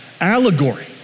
allegory